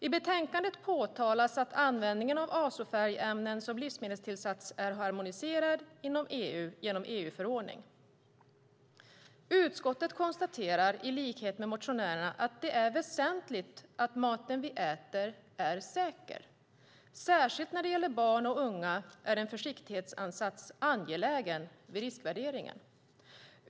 I betänkandet påtalas att användningen av azofärgämnen som livsmedelstillsats är harmoniserad inom EU genom EU-förordning. Utskottet konstaterar i likhet med motionärerna att det är väsentligt att den mat vi äter är säker. Särskilt när det gäller barn och unga är en försiktighetsansats angelägen vid riskvärderingen.